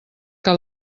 que